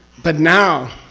but now.